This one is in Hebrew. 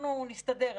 אנחנו נסתדר,